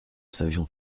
savions